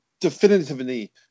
definitively